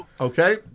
Okay